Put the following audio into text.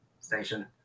station